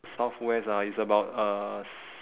southwest ah it's about uh s~